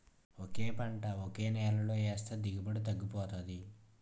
ఒకే పంట ఒకే నేలలో ఏస్తే దిగుబడి తగ్గిపోతాది